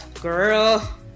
girl